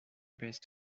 best